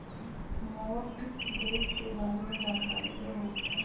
Mortgage के बारे में जानकारी देहु?